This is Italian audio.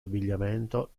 abbigliamento